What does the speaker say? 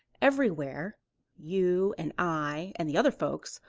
everywhere you and i and the other folks,